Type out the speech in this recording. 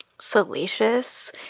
salacious